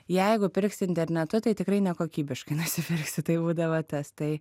jeigu pirksi internetu tai tikrai nekokybiškai nusipirksi tai būdavo tas tai